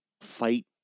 fight